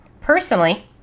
Personally